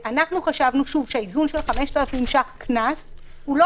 אנחנו חשבנו שהאיזון של 5,000 ש"ח קנס הוא לא